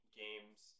games